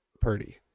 Purdy